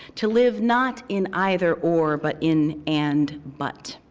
to live not in either or, but in and but.